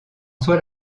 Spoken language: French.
soit